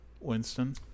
Winston